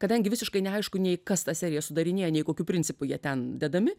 kadangi visiškai neaišku nei kas tą seriją sudarinėja nei kokiu principu jie ten dedami